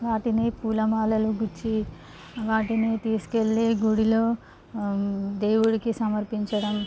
వాటిని పూలమాలలు గుచ్చి వాటిని తీసుకెళ్ళి గుడిలో దేవుడికి సమర్పించడం